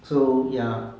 so ya